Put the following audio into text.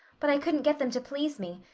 but i couldn't get them to please me.